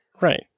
Right